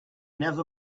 never